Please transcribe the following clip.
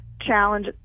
challenge